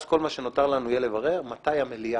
אז כל מה שנותר לנו יהיה לברר מתי המליאה